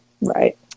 Right